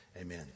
Amen